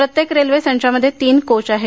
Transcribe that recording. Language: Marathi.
प्रत्येक ट्रेन संचामध्ये तीन कोच आहेत